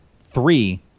three